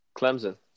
Clemson